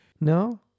No